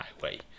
highway